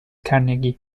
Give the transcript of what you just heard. carnegie